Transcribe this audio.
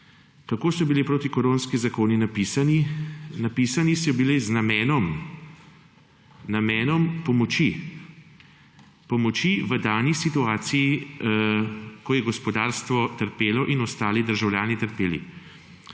Kako so bili protikoronski zakoni napisani? Napisani so bili z namenom pomoči, pomoči v dani situaciji, ko je gospodarstvo trpelo in so državljani trpeli.